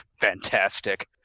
Fantastic